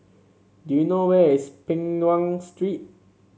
do you know where is Peng Nguan Street